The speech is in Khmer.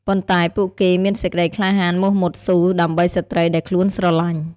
ប៉ុន្ដែពួកគេមានសេចក្ដីក្លាហានមោះមុតស៊ូដើម្បីស្រ្តីដែលខ្លួន ស្រឡាញ់។